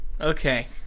Okay